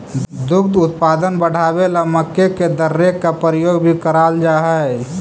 दुग्ध उत्पादन बढ़ावे ला मक्के के दर्रे का प्रयोग भी कराल जा हई